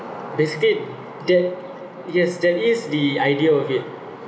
basically that yes that is the idea of it